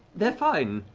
they're fine.